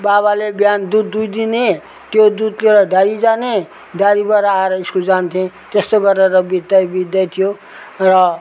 बाबाले बिहान दुध दुहीदिने त्यो दुध लिएर डेरी जाने डेरीबाट आएर स्कुल जान्थेँ त्यस्तो गरेर बित्दै बित्दै थियो र